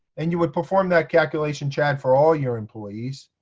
and you would perform that calculation, chad, for all your employees.